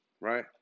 right